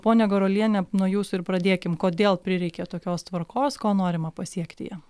ponia garuoliene nuo jūsų ir pradėkim kodėl prireikė tokios tvarkos ko norima pasiekti ja